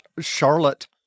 Charlotte